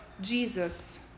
Jesus